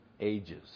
ages